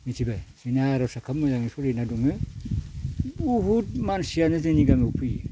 मिथिबाय जोंनिया आरजआ खोब मोजां सोलिना दङ बुहुद मानसियानो जोंनि गामियाव फैयो